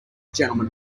gentleman